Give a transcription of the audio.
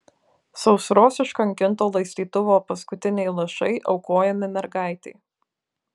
sausros iškankinto laistytuvo paskutiniai lašai aukojami mergaitei